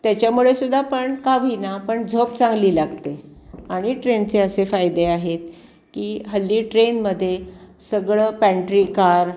त्याच्यामुळे सुद्धा पण का होईना पण झोप चांगली लागते आणि ट्रेनचे असे फायदे आहेत की हल्ली ट्रेनमध्ये सगळं पँट्री कार